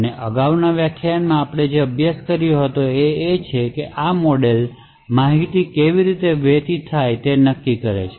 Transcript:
અને અગાઉના વ્યાખ્યાનમાં આપણે જે અભ્યાસ કર્યો હતો તે એ છે કે આ મોડેલો માહિતી કેવી રીતે વહેતી થાય તે નક્કી કરી શકે